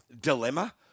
dilemma